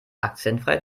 akzentfrei